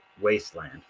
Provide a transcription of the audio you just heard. wasteland